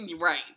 right